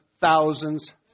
thousands